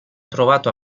trovato